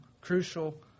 crucial